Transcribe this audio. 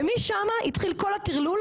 ומשמה התחיל כל הטרלול,